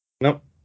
Nope